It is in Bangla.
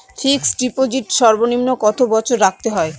ফিক্সড ডিপোজিট সর্বনিম্ন কত বছর রাখতে হয়?